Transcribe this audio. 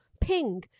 Ping